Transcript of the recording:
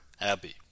Abbey